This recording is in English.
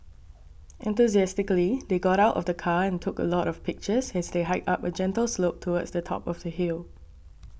enthusiastically they got out of the car and took a lot of pictures as they hiked up a gentle slope towards the top of the hill